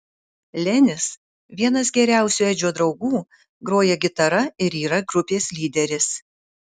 lenis vienas geriausių edžio draugų groja gitara ir yra grupės lyderis